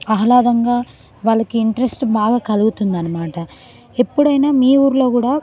ఆహ్లాదంగా వాళ్ళకి ఇంట్రెస్ట్ బాగా కలుగుతుందన్నమాట ఎప్పుడైనా మీ ఊరిలో కూడా